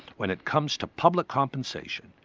when it comes to public compensation,